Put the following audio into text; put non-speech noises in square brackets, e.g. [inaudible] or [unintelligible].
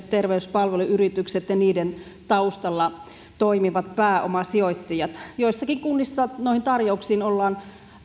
[unintelligible] terveyspalveluyritykset ja niiden taustalla toimivat pääomasijoittajat joissain kunnissa noihin tarjouksiin ollaan